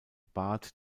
barth